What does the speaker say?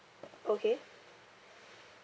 okay